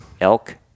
elk